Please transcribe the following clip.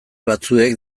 batzuek